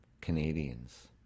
Canadians